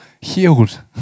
healed